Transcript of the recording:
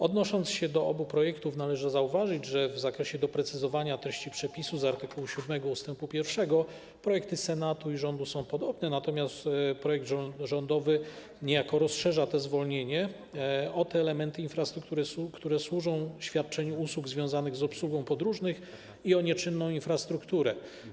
Odnosząc się do obu projektów, należy zauważyć, że w zakresie doprecyzowania treści przepisu z art. 7 ust 1 projekty Senatu i rządu są podobne, natomiast projekt rządowy niejako rozszerza zwolnienie o te elementy infrastruktury, które służą świadczeniu usług związanych z obsługą podróżnych i o nieczynną infrastrukturę.